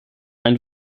ein